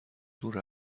دور